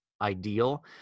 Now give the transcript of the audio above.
ideal